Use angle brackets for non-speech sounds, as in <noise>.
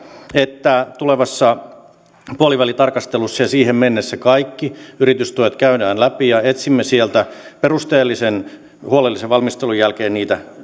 että tulevassa puolivälitarkastelussa ja siihen mennessä kaikki yritystuet käydään läpi ja etsimme sieltä perusteellisen huolellisen valmistelun jälkeen niitä <unintelligible>